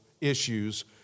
issues